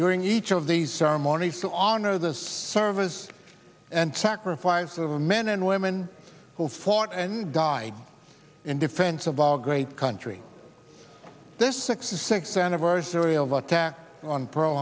during each of these ceremonies to honor the service and sacrifice of the men and women who fought and died in defense of our great country there's sixty six anniversary of attack on pearl